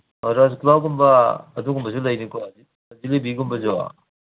ꯑꯣ ꯔꯁꯒꯨꯂꯥꯒꯨꯝꯕ ꯑꯗꯨꯒꯨꯝꯕꯁꯨ ꯂꯩꯅꯤꯀꯣ ꯖꯤꯂꯤꯕꯤꯒꯨꯝꯕꯁꯨ